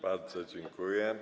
Bardzo dziękuję.